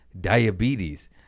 diabetes